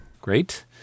great